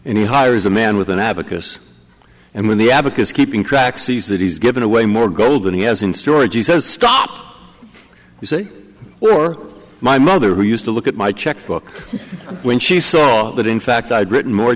and he hires a man with an abacus and when the abacus keeping track sees that he's given away more gold than he has in storage he says stop you see you're my mother who used to look at my checkbook when she saw that in fact i had written more